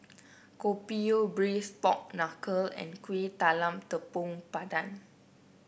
Kopi O Braised Pork Knuckle and Kuih Talam Tepong Pandan